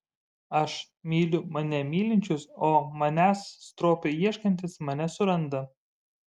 aš myliu mane mylinčius o manęs stropiai ieškantys mane suranda